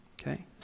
okay